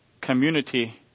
community